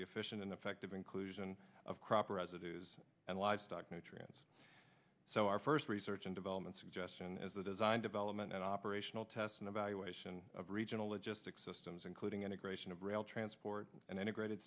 the efficient and effective inclusion of crop residues and livestock nutrients so our first research and development suggestion is the design development and operational test and evaluation of regional logistic systems including integration of rail transport and